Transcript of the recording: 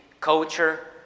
culture